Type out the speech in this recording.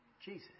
Jesus